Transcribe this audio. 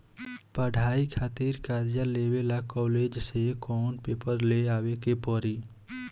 पढ़ाई खातिर कर्जा लेवे ला कॉलेज से कौन पेपर ले आवे के पड़ी?